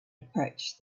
approach